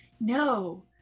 No